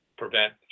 prevent